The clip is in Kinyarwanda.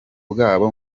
bwabo